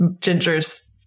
Ginger's